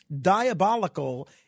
diabolical